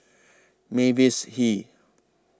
Mavis Hee